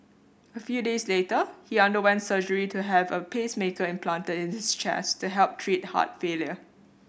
a few days later he underwent surgery to have a pacemaker implanted in his chest to help treat heart failure